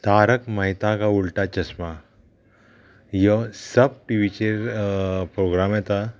तारक महेता काय उलटा चश्मा ह्यो सब टी व्हीचेर प्रोग्राम येता